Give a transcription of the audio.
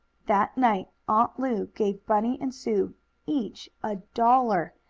that night aunt lu gave bunny and sue each a dollar,